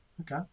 Okay